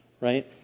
right